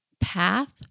path